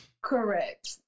correct